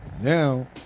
now